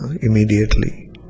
immediately